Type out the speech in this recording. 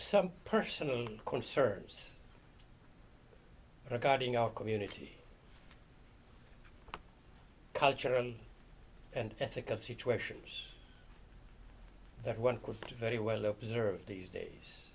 some personal concerns regarding our community culturally and ethical situations that one could very well observe these days